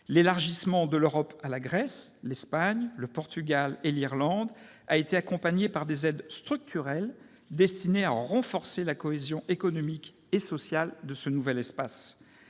L'élargissement de l'Europe à la Grèce, à l'Espagne, au Portugal et à l'Irlande a été accompagné par des aides structurelles destinées à renforcer la cohésion économique et sociale de ce nouvel espace.